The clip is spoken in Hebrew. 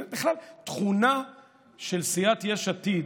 זו בכלל תכונה של סיעת יש עתיד,